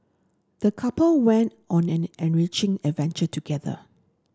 the couple went on an enriching adventure together